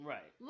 Right